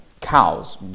cows